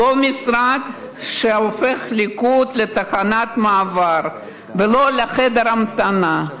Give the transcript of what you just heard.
הוא לא משרד שהליכוד הופך לתחנת מעבר ולא לחדר המתנה.